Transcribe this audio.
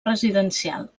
residencial